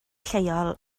lleol